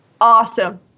awesome